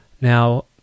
Now